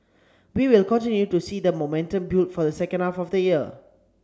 we will continue to see the momentum build for the second half of the year